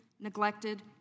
neglected